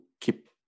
keep